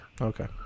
okay